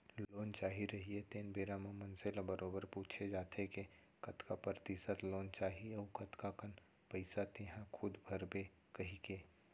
loan चाही रहिथे तेन बेरा म मनसे ल बरोबर पूछे जाथे के कतका परतिसत लोन चाही अउ कतका कन पइसा तेंहा खूद भरबे कहिके